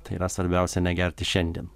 tai yra svarbiausia negerti šiandien